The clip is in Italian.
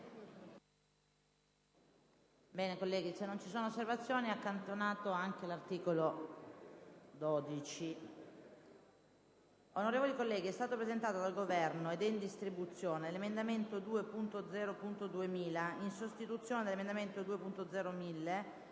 finestra"). Se non vi sono osservazioni, accantoniamo anche l'articolo 12. Onorevoli colleghi, è stato presentato dal Governo, ed è in distribuzione, l'emendamento 2.0.2000, in sostituzione dell'emendamento 2.0.1000